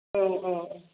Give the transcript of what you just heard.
औ अ